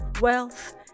wealth